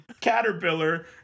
caterpillar